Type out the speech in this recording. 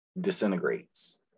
disintegrates